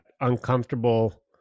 uncomfortable